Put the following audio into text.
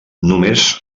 només